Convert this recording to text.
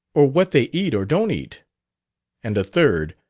or what they eat, or don't eat and a third,